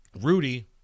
Rudy